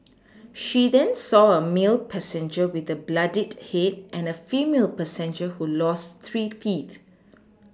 she then saw a male passenger with a bloodied head and a female passenger who lost three teeth